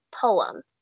poem